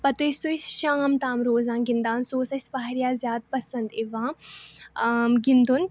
پَتہٕ ٲسۍ سُہ أسۍ شام تام روزان گِنٛدان سُہ اوس اَسہِ واریاہ زیادٕ پَسنٛد یِوان گِنٛدُن